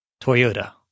Toyota